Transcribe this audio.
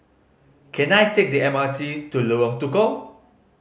can I take the M R T to Lorong Tukol